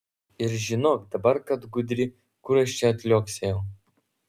ir žinok dabar kad gudri kur aš čia atliuoksėjau